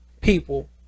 people